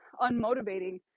unmotivating